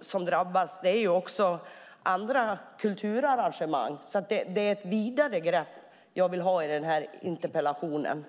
som drabbas. Det finns också andra kulturarrangemang. Jag vill få in ett vidare grepp i interpellationen.